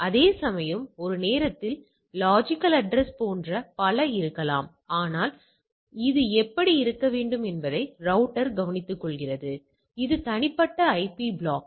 அதேசமயம் ஒரே நேரத்தில் லொஜிக்கல் அட்ரஸ் போன்ற பல இருக்கலாம் ஆனால் இது எப்படி இருக்க வேண்டும் என்பதை ரௌட்டர் கவனித்துக்கொள்கிறது இது தனிப்பட்ட ஐபி பிளாக்